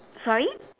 sorry